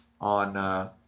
on